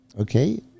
okay